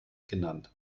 genannt